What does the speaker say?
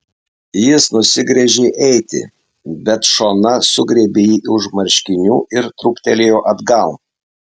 jis nusigręžė eiti bet šona sugriebė jį už marškinių ir trūktelėjo atgal